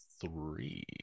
three